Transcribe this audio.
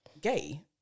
gay